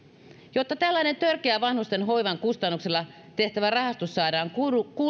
jotta tällainen törkeä vanhusten hoivan kustannuksella tehtävä rahastus saadaan kuriin